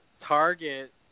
target